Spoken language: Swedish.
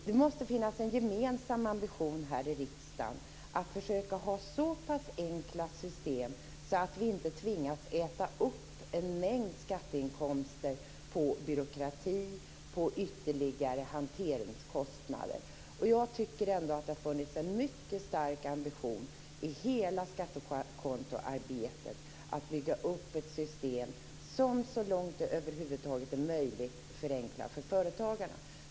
Det måste finnas en gemensam ambition här i riksdagen att försöka ha såpass enkla system att vi inte tvingas äta upp en mängd skatteinkomster genom byråkrati och ytterligare hanteringskostnader. Jag tycker ändå att det har funnits en mycket stark ambition i hela skattekontoarbetet att bygga upp ett system som så långt det över huvud taget är möjligt förenklar för företagarna.